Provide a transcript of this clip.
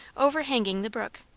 overhanging the brook.